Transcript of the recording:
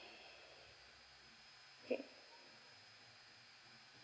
k